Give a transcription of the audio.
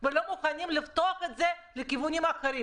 ולא מוכנים לפתוח את זה לכיוונים אחרים,